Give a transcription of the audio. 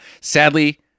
Sadly